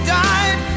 died